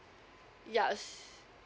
yes